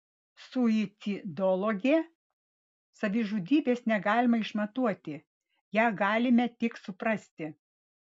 suicidologė savižudybės negalime išmatuoti ją galime tik suprasti